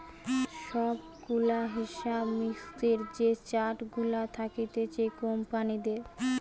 সব গুলা হিসাব মিক্সের যে চার্ট গুলা থাকতিছে কোম্পানিদের